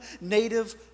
native